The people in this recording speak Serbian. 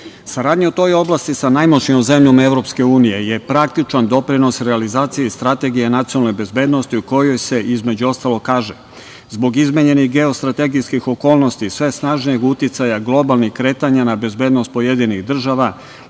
odbrane. Saradnja u toj oblasti sa najmoćnijom zemljom EU je praktičan doprinos realizaciji Strategije nacionalne bezbednosti, u kojoj se između ostalog kaže: „Zbog izmenjenih geostrategijskih okolnosti, sve snažnijeg uticaja globalnih kretanja na bezbednost pojedinih država,